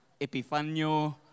Epifanio